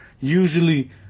usually